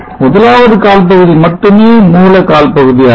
முதலாவது கால்பகுதி மட்டுமே மூல கால் பகுதியாகும்